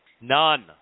None